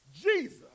Jesus